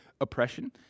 oppression